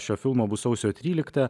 šio filmo bus sausio tryliktą